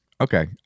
Okay